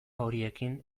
horiekin